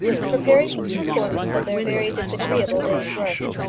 and preparing for the performance of their very disagreeable day's work.